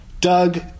Doug